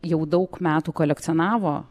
jau daug metų kolekcionavo